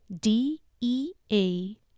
D-E-A